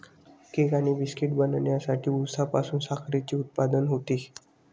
cake आणि बिस्किटे बनवण्यासाठी उसापासून साखरेचे उत्पादन होते